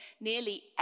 nearly